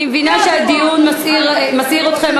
אני מבינה שהדיון מסעיר אתכם,